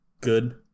good